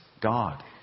God